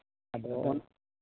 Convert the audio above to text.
ᱟᱫᱚ